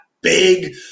big